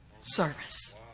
service